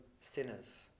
sinners